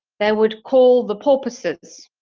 they would call the porpoises.